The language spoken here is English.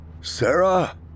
Sarah